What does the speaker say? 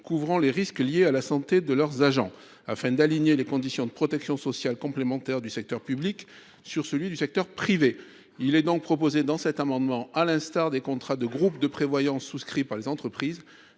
couvrant les risques liés à la santé de leurs agents, afin d’aligner les conditions de protection sociale complémentaire du secteur public sur celles du secteur privé. Il est donc proposé, sur le modèle des contrats de groupe de prévoyance souscrits par les entreprises,